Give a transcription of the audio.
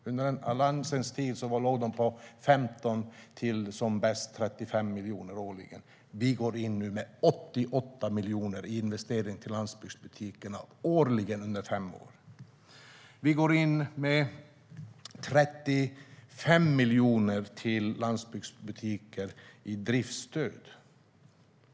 Under Alliansens tid låg det på 15 till som bäst 35 miljoner årligen. Vi går nu in med 88 miljoner i investeringsbidrag till landsbygdsbutikerna - årligen under fem år. Vi går in med 35 miljoner till landsbygdsbutiker i driftsstöd.